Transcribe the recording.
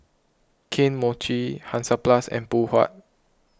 Kane Mochi Hansaplast and Phoon Huat